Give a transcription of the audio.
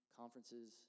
conferences